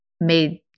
made